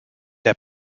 der